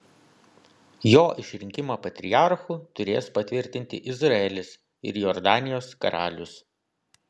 jo išrinkimą patriarchu turės patvirtinti izraelis ir jordanijos karalius